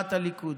תנועת הליכוד.